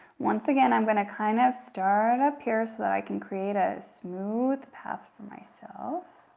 once again, i'm gonna kind of start up here so that i can create a smooth path for myself,